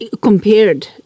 compared